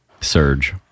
Surge